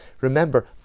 Remember